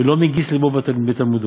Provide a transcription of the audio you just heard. ולא מגיס לבו בתלמודו,